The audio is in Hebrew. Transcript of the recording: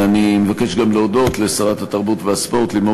אני מבקש גם להודות לשרת התרבות והספורט לימור